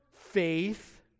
faith